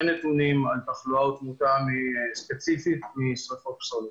אין נתונים על תחלואה או תמותה ספציפית משריפות פסולת.